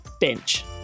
Bench